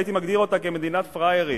הייתי מגדיר אותה כמדינה פראיירית.